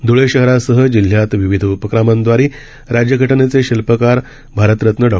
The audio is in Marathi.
ध्ळे शहरासह जिल्ह्यात विविध उपक्रमांदवारे राज्य घटनेचे शिल्पकार भारत रत्न डॉ